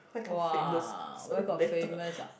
!wah! where got famous ah